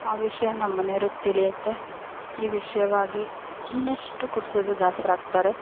ಆ ವಿಷಯ ನಮ್ಮ ಮನೆಯವ್ರಿಗೆ ತಿಳಿಯುತ್ತೆ ಈ ವಿಷಯವಾಗಿ ಇನ್ನಷ್ಟು ಕುಡಿತದ ದಾಸರಾಗ್ತಾರೆ